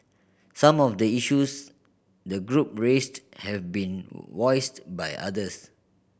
some of the issues the group raised have been voiced by others